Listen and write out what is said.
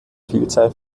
vielzahl